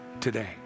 today